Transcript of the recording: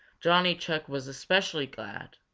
johnny chuck was especially glad,